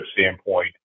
standpoint